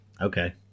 okay